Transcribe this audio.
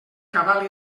cabal